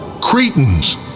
Cretans